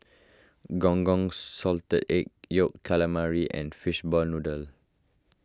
Gong Gong Salted Egg Yolk Calamari and Fishball Noodle